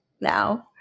now